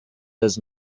does